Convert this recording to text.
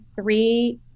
three